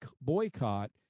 boycott